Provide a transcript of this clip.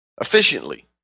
efficiently